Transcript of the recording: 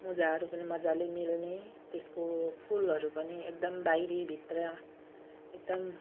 मुजाहरू पनि मजाले मिल्ने त्यसको फुलहरू पनि एकदम बाहिरी भित्र एकदम